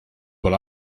but